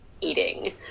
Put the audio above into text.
Eating